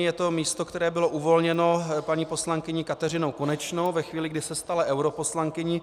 Je to místo, které bylo uvolněno paní poslankyní Kateřinou Konečnou ve chvíli, kdy se stala europoslankyní.